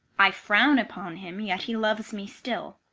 i frown upon him, yet he loves me still.